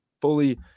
fully